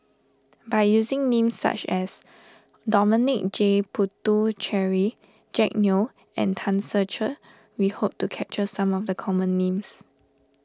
by using names such as Dominic J Puthucheary Jack Neo and Tan Ser Cher we hope to capture some of the common names